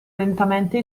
lentamente